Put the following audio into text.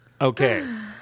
Okay